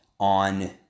on